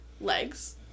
legs